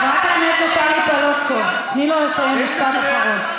חברת הכנסת טלי פלוסקוב, תני לו לסיים משפט אחרון.